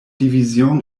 division